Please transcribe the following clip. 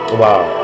wow